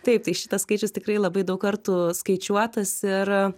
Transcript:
taip tai šitas skaičius tikrai labai daug kartų skaičiuotas ir